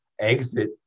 exit